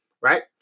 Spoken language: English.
right